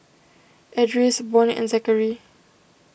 Edris Bonny and Zakary